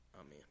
amen